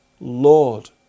Lord